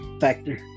factor